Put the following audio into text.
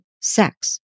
sex